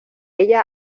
ella